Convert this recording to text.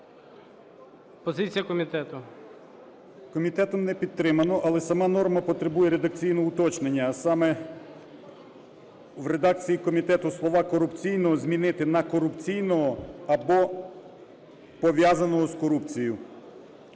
БОЖИК В.І. Комітетом не підтримано. Але сама норма потребує редакційного уточнення, а саме в редакції комітету слова "корупційного" змінити на "корупційного" або "пов'язаного з корупцією".